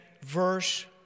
verse